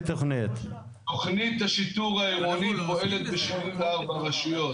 תוכנית השיטור העירוני פועלת ב-74 רשויות.